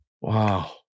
Wow